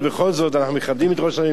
בכל זאת, אנחנו מכבדים את ראש הממשלה.